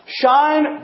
Shine